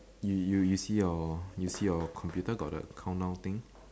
you you you see your your computer got the countdown thing